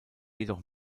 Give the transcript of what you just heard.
jedoch